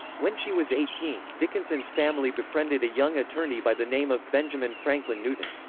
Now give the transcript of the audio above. when she was eighteen, dickinson's family befriended a young attorney by the name of benjamin franklin newton.